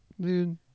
Dude